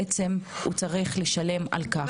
בעצם צריך לשלם על זה.